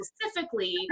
specifically